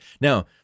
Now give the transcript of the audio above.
Now